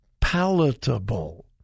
palatable